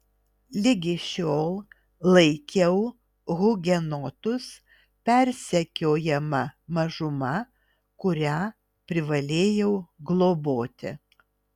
ligi šiol laikiau hugenotus persekiojama mažuma kurią privalėjau globoti